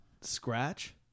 Scratch